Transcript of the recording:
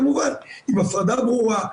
כמובן עם הפרדה ברורה,